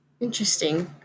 Interesting